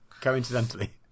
coincidentally